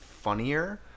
funnier